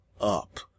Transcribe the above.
up